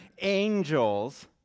angels